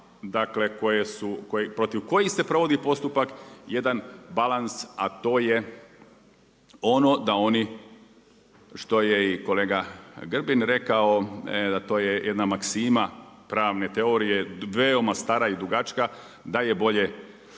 su, protiv kojih se provodi postupak, jedan balans a to je ono da oni što je i kolega Grbin rekao, da to je jedna maksima pravne teorije, veoma stara i dugačka, da je bolje